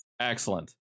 Excellent